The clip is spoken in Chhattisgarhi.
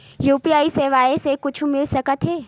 यू.पी.आई सेवाएं से कुछु मिल सकत हे?